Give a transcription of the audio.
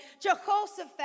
Jehoshaphat